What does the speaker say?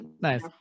nice